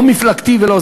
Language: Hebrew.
לא מפלגתי ולא,